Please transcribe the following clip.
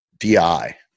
DI